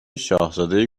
شاهزاده